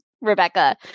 Rebecca